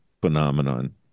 phenomenon